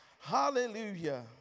Hallelujah